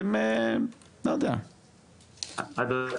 אדוני,